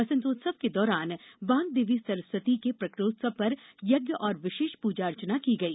बसंतोत्सव के दौरान वाग्देवी सरस्वती के प्रकटोत्सव पर यज्ञ और विशेष पूजा अर्चना की गई